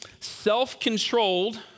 self-controlled